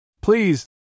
Please